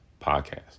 Podcast